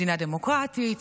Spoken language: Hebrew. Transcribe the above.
מדינה דמוקרטית,